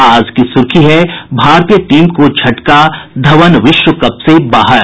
आज की सुर्खी है भारतीय टीम को झटका धवन विश्व कप से बाहर